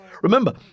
Remember